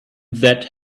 that